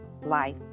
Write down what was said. life